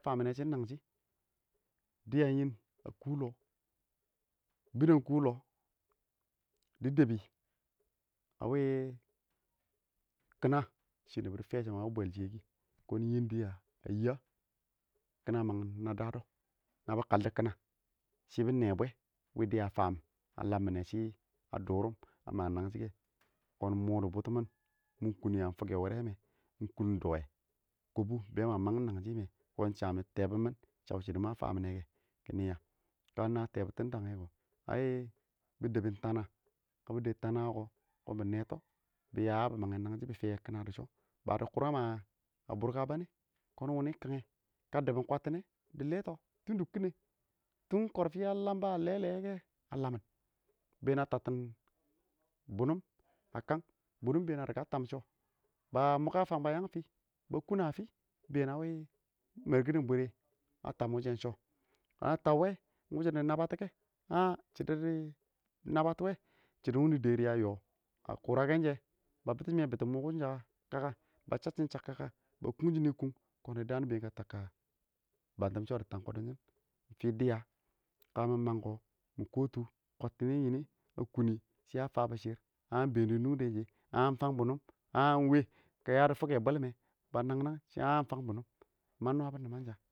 Fa mɪnɛ shin nangshɪ, dɪya yɪn a kʊ lɔ dɪ dɔbi a wɪ kina shɪ ɪng nibo dɪ fɛshɪn a wɪ bwɛlshɔyɛ kɪ kɔn yɪn dɪya a yɛ kina mang na dabɔ nabi kaldɔ kina shɪ binɛ bwɛ wɪ diya a fam a laminɛ shɪ a dʊ rʊm mang nangshi ka kɛ kɔn mɔ dʊ bʊrtʊmini ɪng kʊn yang fʊkɛ wʊrɛmɛ yan dɔwɛ kɔbɔ bɛɛ ma mang nangsɪ shɛmɛ kɔn shami tɛɛbʊm mɪn shaʊ shɪdɔ ma faminɛkɛ kɪɪ ya kana tɛɛbʊ tɔ dang ɛngs kw al bɪ dɛbin tana ka bɪ dɛb tana wɔk bɪ nɛts bɪya bɪ mans nanshi bɪ fɛwɛ kina dɪ shɔ dɪ kʊram a dʊrka bɛnɛ kʊn wim kɪngnɛ ka dibʊn kwattinɛ dɪ lɛtɔ tʊn dɪ kinəng a lambɔn ba lɛlɛ kɛ a lamɪn bɛɛn a tattim bʊnʊn a kang bʊnʊm ɪng bɛɛn a rika a tam shɔ ba mʊ ka fang ba yang fɪ? ba kʊna fɪ? ɪng bɛɛn a mɛrkin bwɛrɛ a tam wishɛ ɪng shɔ a tab wʊ wʊshɛ ɪng wʊshʊ dɪ naba tɔ wɔ shɔʊld wʊni dɔ rɪ a yɔ shɔ wɔ a kʊrakkɛn shɛ ba bitɔ mina bitɔ mʊ kɪ kakan sha ba shack chabkaka ba king shɪn kʊns kʊn kabɛɛn ka bwatam shɔ dɪ tam kɔdɔn shɪn dɪya ka mʊ mang kɪ mɪ kɔtʊ kwantinɛ a kʊnni shɪ a fabʊ shɪrr ah ɪng bɛɛn dɪ nʊngdɛn shɛ ah fan bʊnʊn ah ɪng wɛ kɔn yadi fʊkɛ bɔlmɛ ba nang nang shɪ aah ɪng fan bʊrnʊn ma nawabɔ nɪman sha.